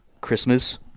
Christmas